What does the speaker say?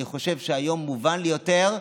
אני חושב שהיום מובן לי יותר,